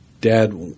Dad